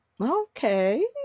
Okay